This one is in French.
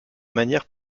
manière